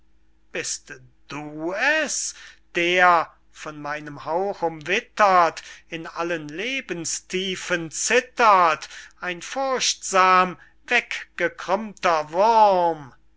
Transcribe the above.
bist du es der von meinem hauch umwittert in allen lebenstiefen zittert ein furchtsam weggekrümmter wurm